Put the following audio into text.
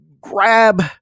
grab